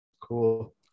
Cool